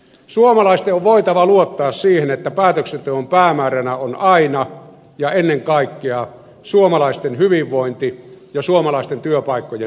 suomalaisten on voitava luottaa siihen että päätöksenteon päämääränä on aina ja ennen kaikkea suomalaisten hyvinvointi ja suomalaisten työpaikkojen turvaaminen